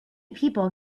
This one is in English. people